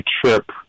trip